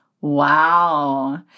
Wow